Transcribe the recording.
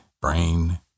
brain